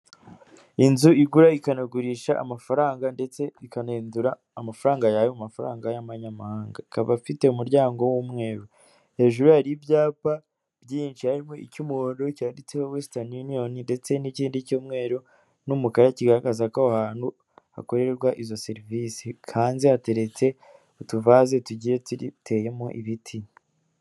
Inzu igura ikanagurisha amafaranga ndetse ikanahindura amafaranga yayo mu mafaranga y'amanhanga ikaba ifite umuryango w'umweru, hejuru hari ibyapa byinshi harimo icy'umutuku cyanditseho wesite uniyoni ndetse n'ikindi cyumweru n'umukara kigaragaza ko aho hantu hakorerwa izo serivisi, hanze hateretse utuvaze tugiye turiteyemo ibiti.